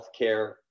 healthcare